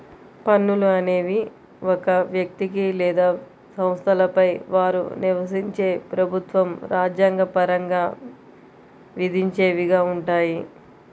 పన్నులు అనేవి ఒక వ్యక్తికి లేదా సంస్థలపై వారు నివసించే ప్రభుత్వం రాజ్యాంగ పరంగా విధించేవిగా ఉంటాయి